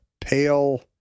pale